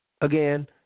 Again